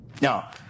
Now